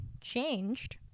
changed